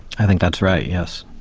i think that's right, yes.